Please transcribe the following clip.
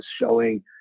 showing